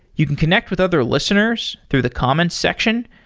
you can connect with other listeners through the comments section.